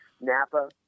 Napa